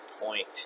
point